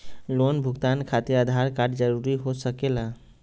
Loan भुगतान खातिर Aadhaar card जरूरी हो सके ला?